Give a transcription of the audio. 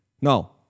No